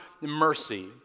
mercy